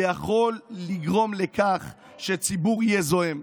זה יכול לגרום לכך שציבור יהיה זועם.